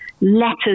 letters